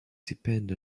depend